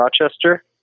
Rochester